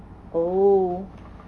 oh